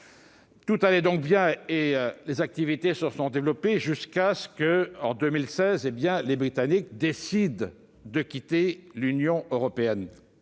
Tout allait donc bien, et les activités se sont développées jusqu'à la décision des Britanniques, en 2016, de quitter l'Union européenne.